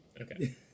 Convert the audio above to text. Okay